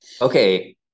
Okay